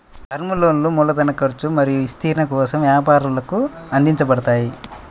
term లోన్లు మూలధన ఖర్చు మరియు విస్తరణ కోసం వ్యాపారాలకు అందించబడతాయి